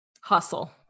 Hustle